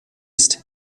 ist